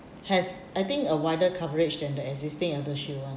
has I think a wider coverage than the existing ElderShield one